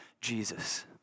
Jesus